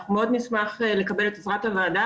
אנחנו מאוד נשמח לקבל את עזרת הוועדה